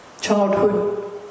childhood